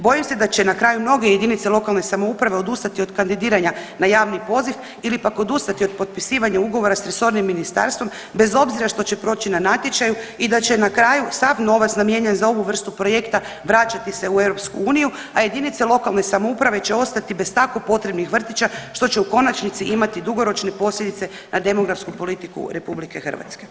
Bojim se da će na kraju mnoge jedinice lokalne samouprave odustati od kandidiranja na javni poziv ili pak odustati od potpisivanja ugovora s resornim ministarstvom bez obzira što će proći na natječaju i da će na kraju sav novac namijenjen za ovu projekta vraćati se u EU, a jedinice lokalne samouprave će ostati bez tako potrebnih vrtića što će u konačnici imati dugoročne posljedice na demografsku politiku RH.